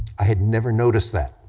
i had never noticed that,